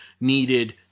needed